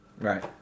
Right